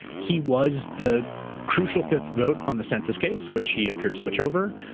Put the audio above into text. he was the crucial fifth vote on the census case, which he appeared to switch over,